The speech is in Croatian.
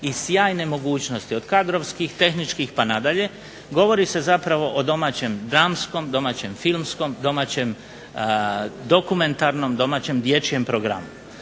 i sjajne mogućnosti od kadrovskih, tehničkih pa nadalje, govori se zapravo o domaćem dramskom, domaćem filmskom, domaćem dokumentarnom, domaćem dječjem programu.